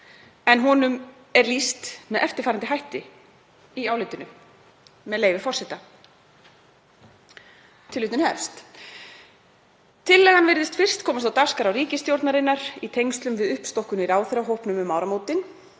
en honum er lýst með eftirfarandi hætti í álitinu, með leyfi forseta: „Tillagan virðist fyrst komast á dagskrá ríkisstjórnarinnar í tengslum við uppstokkun í ráðherrahópnum um áramótin